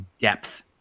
depth